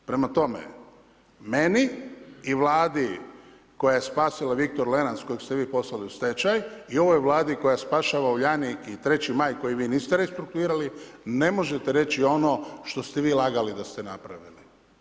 Prema tome, meni i Vladi koja je spasila Viktor Lenac kojeg ste vi poslali u stečaj i ovoj Vladi koja spašava Uljanik i 3. maj koji vi niste restruktuirali, ne možete reći ono što ste vi lagali da ste napravili.